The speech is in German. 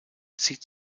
zieht